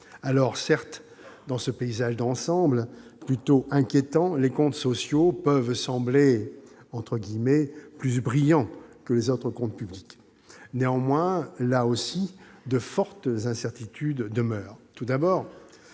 Alors certes, dans ce paysage d'ensemble plutôt inquiétant, les comptes sociaux peuvent sembler un peu plus « brillants » que les autres comptes publics. Néanmoins, là aussi, de fortes incertitudes demeurent.